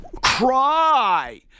cry